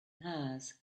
hers